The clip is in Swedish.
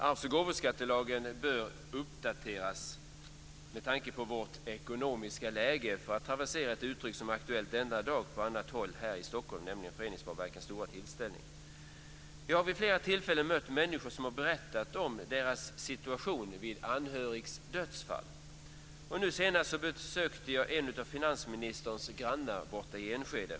Arvs och gåvoskattelagen bör uppdateras med tanke på vårt ekonomiska läge - för att travestera ett uttryck som är aktuellt denna dag på annat håll i Stockholm, nämligen på Föreningssparbankens stora tillställning. Jag har vid flera tillfällen mött människor som har berättat om sin situation vid en anhörigs dödsfall. Nu senast besökte jag en av finansministerns grannar i Enskede.